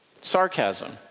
Sarcasm